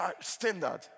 standard